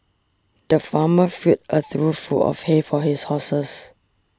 the farmer filled a trough full of hay for his horses